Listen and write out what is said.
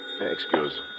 Excuse